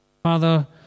Father